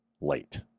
late